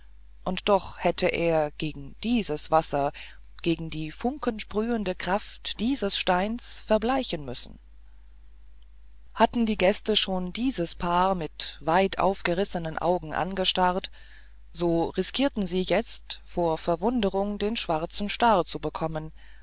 und doch hätte er gegen dieses wasser gegen die funkensprühende kraft dieses steins verbleichen müssen hatten die gäste schon dieses paar mit weit aufgerissenen augen angestarrt so riskierten sie jetzt vor verwunderung den schwarzen star zu bekommen